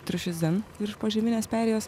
triušis zen virš požeminės perėjos